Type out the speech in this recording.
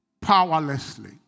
Powerlessly